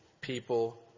people